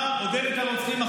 מילה אחת תגיד על הנרצחים.